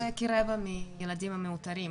כרבע מהילדים המאותרים.